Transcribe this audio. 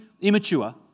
immature